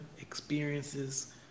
experiences